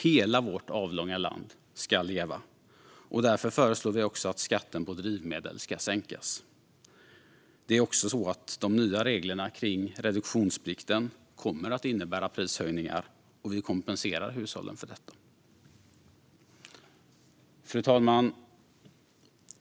Hela vårt avlånga land ska leva. Därför föreslår vi också att skatten på drivmedel ska sänkas. De nya reglerna för reduktionsplikten kommer att innebära prishöjningar, och vi kompenserar hushållen för detta. Fru talman!